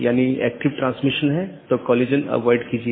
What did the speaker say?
जबकि जो स्थानीय ट्रैफिक नहीं है पारगमन ट्रैफिक है